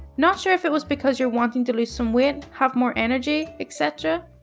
not sure if it was because you're wanting to lose some weight, have more energy, etcetera,